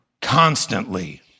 constantly